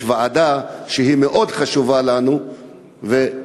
יש ועדה שהיא מאוד חשובה לנו ואנחנו